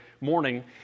morning